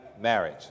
marriage